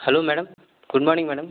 hello madam good morning madam